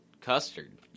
custard